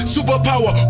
Superpower